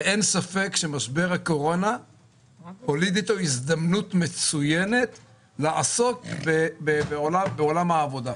שאין ספק שמשבר הקורונה הוליד איתו הזדמנות מצוינת לעסוק בעולם העבודה.